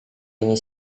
ini